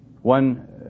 One